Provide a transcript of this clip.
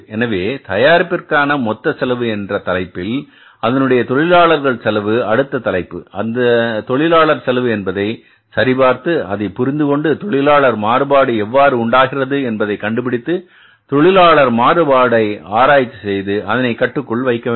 எனவே தயாரிப்பிற்கான மொத்த செலவு என்ற தலைப்பில் அதனுடைய தொழிலாளர்கள் செலவு அடுத்த தலைப்பு அந்த தொழிலாளர் செலவு என்பதை சரிபார்த்து அதை புரிந்துகொண்டு தொழிலாளர் மாறுபாடு எவ்வாறு உண்டாகிறது என்பதை கண்டுபிடித்து தொழிலாளர் மாறுபாட்டை ஆராய்ச்சி செய்து அதனை கட்டுக்குள் வைக்க வேண்டும்